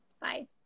bye